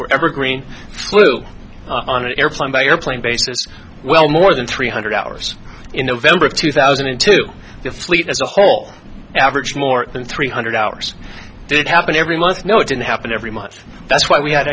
were evergreen flew on an airplane by airplane basis well more than three hundred hours in november of two thousand and two fleet as a whole average more than three hundred hours did happen every month no it didn't happen every much that's why we had